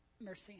mercy